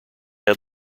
had